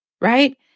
right